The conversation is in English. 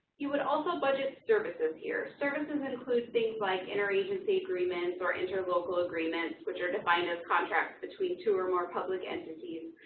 you would also budget services here. services include things like interagency agreements, or interlocal agreements, which are defined as an contracts between two or more public entities.